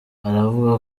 aravuga